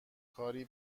کاری